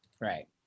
Right